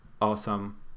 awesome